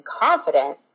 confident